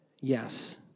yes